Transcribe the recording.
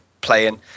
playing